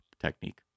technique